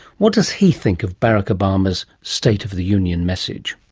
what does he think of barack obama's state of the union message?